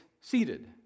seated